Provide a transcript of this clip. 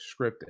scripted